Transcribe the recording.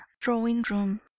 drawing-room